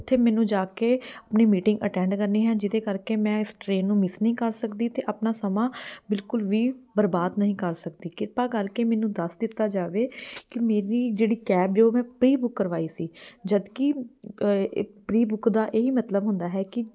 ਉੱਥੇ ਮੈਨੂੰ ਜਾ ਕੇ ਆਪਣੀ ਮੀਟਿੰਗ ਅਟੈਂਡ ਕਰਨੀ ਹੈ ਜਿਹਦੇ ਕਰਕੇ ਮੈਂ ਇਸ ਟਰੇਨ ਨੂੰ ਮਿਸ ਨਹੀਂ ਕਰ ਸਕਦੀ ਅਤੇ ਆਪਣਾ ਸਮਾਂ ਬਿਲਕੁਲ ਵੀ ਬਰਬਾਦ ਨਹੀਂ ਕਰ ਸਕਦੀ ਕਿਰਪਾ ਕਰਕੇ ਮੈਨੂੰ ਦੱਸ ਦਿੱਤਾ ਜਾਵੇ ਕਿ ਮੇਰੀ ਜਿਹੜੀ ਕੈਬ ਜੋ ਮੈਂ ਪ੍ਰੀ ਬੁੱਕ ਕਰਵਾਈ ਸੀ ਜਦਕੀ ਪ੍ਰੀ ਬੁੱਕ ਦਾ ਇਹੀ ਮਤਲਬ ਹੁੰਦਾ ਹੈ ਕਿ